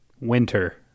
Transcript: Winter